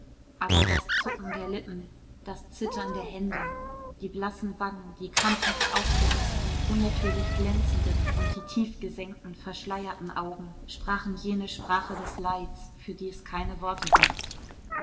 aber das zucken der lippen das zittern der hände die blassen wangen die krampfhaft aufgerissenen unnatürlich glänzenden und die tief gesenkten verschleierten augen sprachen jene sprache des leids für die es keine worte gibt